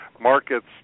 markets